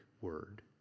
word